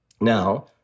now